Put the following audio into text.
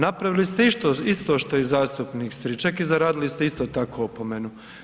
Napravili ste isto što i zastupnik Striček i zaradili ste isto tako opomenu.